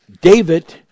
David